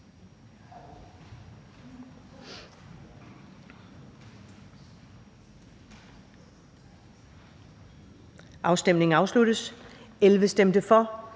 Afstemningen afsluttes. For stemte 11